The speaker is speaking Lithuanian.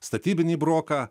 statybinį broką